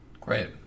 Great